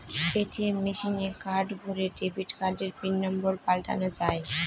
ATM মেশিনে card ভোরে debit কার্ডের পিন নম্বর পাল্টানো যায়